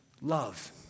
love